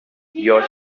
your